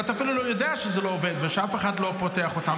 ואתה אפילו לא יודע שזה לא עובד ושאף אחד לא פותח אותה.